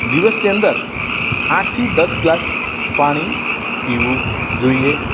દિવસની અંદર આઠથી દસ ગ્લાસ પાણી પીવું જોઈએ